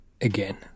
again